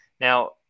Now